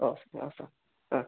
ഓ ആ സാർ ആ